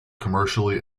commercially